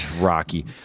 Rocky